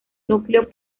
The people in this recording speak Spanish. núcleo